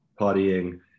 partying